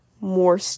more